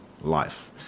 life